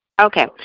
Okay